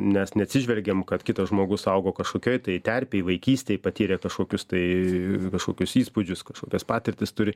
mes neatsižvelgiam kad kitas žmogus augo kažkokioj tai terpėj vaikystėj patyrė kažkokius tai kažkokius įspūdžius kažkokias patirtis turi